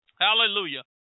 Hallelujah